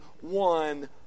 one